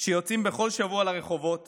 שיוצאים בכל שבוע לרחובות